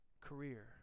career